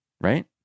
right